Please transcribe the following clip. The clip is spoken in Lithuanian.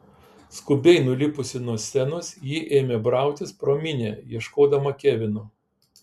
skubiai nulipusi nuo scenos ji ėmė brautis pro minią ieškodama kevino